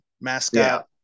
mascot